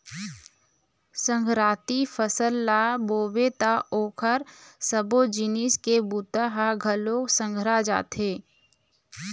संघराती फसल ल बोबे त ओखर सबो जिनिस के बूता ह घलोक संघरा जाथे